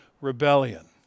rebellion